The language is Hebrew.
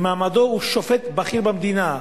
במעמדו הוא שופט בכיר במדינה,